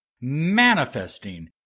Manifesting